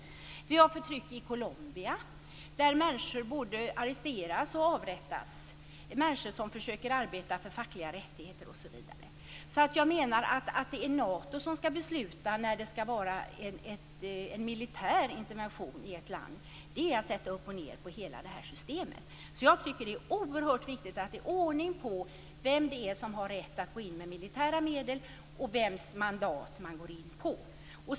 Vidare har vi förtrycket i Colombia där människor både arresteras och avrättas. Det gäller då människor som försöker arbeta för fackliga rättigheter osv. Jag menar att detta med att Nato skall besluta när det skall vara en militär intervention i ett land är att vända upp och ned på hela systemet. Därför tycker jag att det är oerhört viktigt att det är ordning på vem det är som har rätt att gå in med militära medel och vems mandat man går in på.